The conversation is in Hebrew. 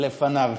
לפניו.